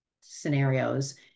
scenarios